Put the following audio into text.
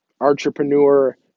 entrepreneur